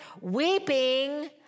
Weeping